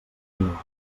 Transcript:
anuals